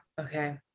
okay